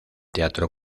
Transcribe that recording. teatro